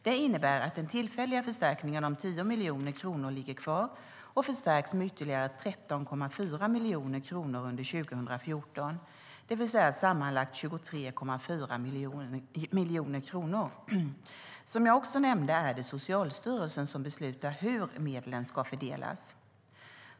Det innebär att den tillfälliga förstärkningen om 10 miljoner kronor ligger kvar och förstärks med ytterligare 13,4 miljoner kronor under 2014, det vill säga sammanlagt 23,4 miljoner kronor. Som jag också nämnde är det Socialstyrelsen som beslutar hur medlen ska fördelas.